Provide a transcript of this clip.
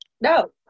No